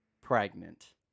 pregnant